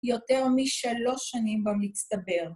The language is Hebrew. ‫יותר משלוש שנים במצטבר.